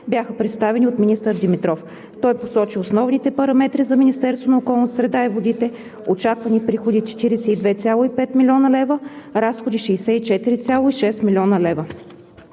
бяха представени от министър Димитров. Той посочи основните параметри за Министерството на околната среда и водите: очаквани приходи – 42,5 млн. лв., разходи – 64,6 млн. лв.